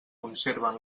conserven